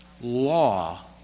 law